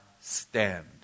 stand